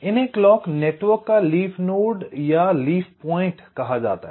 इन्हें clock network का leaf node या लीफ पॉइंट कहा जाता है